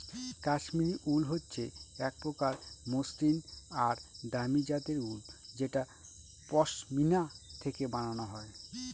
Kashmiri wool হচ্ছে এক প্রকার মসৃন আর দামি জাতের উল যেটা পশমিনা থেকে বানানো হয়